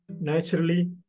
naturally